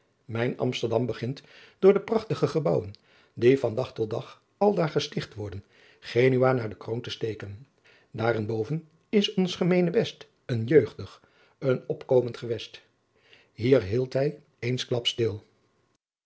mijn amsterdam begint door de prachtige gebouwen die van dag tot dag aldaar gesticht worden genua naar de kroon te steken daarenboven is ons gemeenebest een jeugdig een opkomend gewest hier hield hij eensklaps stil